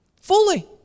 Fully